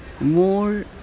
more